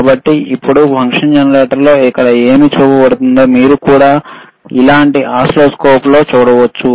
కాబట్టి ఇప్పుడు ఫంక్షన్ జెనరేటర్లో ఇక్కడ ఏమి చూపబడుతుందో మీరు కూడా ఇలాంటిదే ఓసిల్లోస్కోప్లో చూడవచ్చు